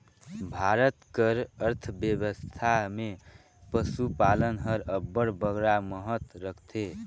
भारत कर अर्थबेवस्था में पसुपालन हर अब्बड़ बगरा महत रखथे